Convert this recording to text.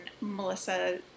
Melissa